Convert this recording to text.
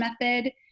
Method